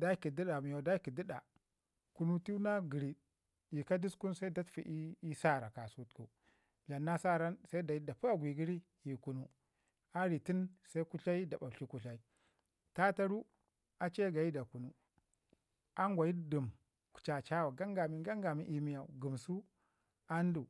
daiki ɗida miya dai ki ɗida kunu tuna na gɗiid ii ka dəskun se da tufai ii sara ka suhiku dlan na sara see dan da pii agwai gəri ii kunu a ri tun kutlai da ɓaɓtli kutlai. Tataru, a ci ye gayi da kunu an gwayi dəm chachawa chachawa gangamin ganya min ii miyau yasu andu.